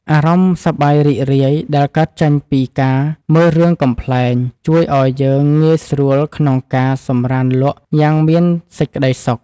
អារម្មណ៍សប្បាយរីករាយដែលកើតចេញពីការមើលរឿងកំប្លែងជួយឱ្យយើងងាយស្រួលក្នុងការសម្រានលក់យ៉ាងមានសេចក្តីសុខ។